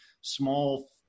small